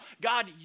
God